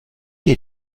dir